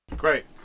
Great